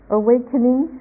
awakening